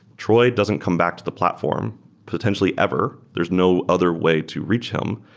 troy doesn't come back to the platform potentially ever. there's no other way to reach him,